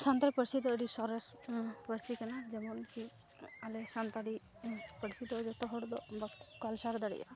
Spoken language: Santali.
ᱥᱟᱱᱛᱟᱲᱤ ᱯᱟᱹᱨᱥᱤᱫᱚ ᱟᱹᱰᱤ ᱥᱚᱨᱮᱥ ᱯᱟᱹᱨᱥᱤ ᱠᱟᱱᱟ ᱡᱮᱢᱚᱱᱠᱤ ᱟᱞᱮ ᱥᱟᱱᱛᱟᱲᱤ ᱯᱟᱹᱨᱥᱤᱫᱚ ᱡᱚᱛᱚ ᱦᱚᱲᱫᱚ ᱵᱟᱠᱚ ᱠᱟᱞᱪᱟᱨ ᱫᱟᱲᱮᱜᱼᱟ